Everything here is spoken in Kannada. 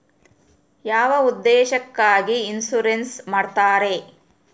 ಯಾವ ಉದ್ದೇಶಕ್ಕಾಗಿ ಇನ್ಸುರೆನ್ಸ್ ಮಾಡ್ತಾರೆ?